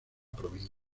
provincia